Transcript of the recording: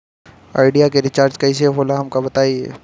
Idea के recharge कईसे होला हमका बताई?